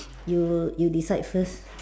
you you decide first